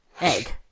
egg